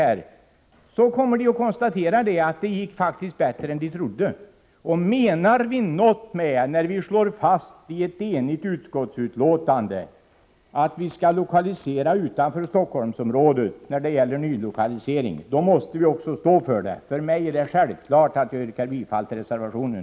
Han kommer då att få svaret att det faktiskt gått bättre än man från början trodde. Om vi menar något med det eniga uttalandet att nylokalisering av verk skall ske utanför Stockholmsområdet, måste vi också stå för det. För mig är det självklart att yrka bifall till reservationen.